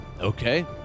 Okay